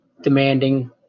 demanding